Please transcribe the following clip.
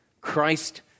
Christ